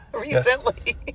recently